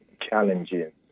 challenges